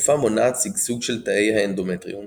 התרופה מונעת שגשוג של תאי האנדומטריום,